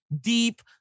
deep